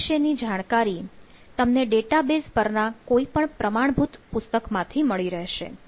આ વિશેની જાણકારી તમને ડેટાબેઝ પરના કોઈપણ પ્રમાણભૂત પુસ્તકમાંથી મળી રહેશે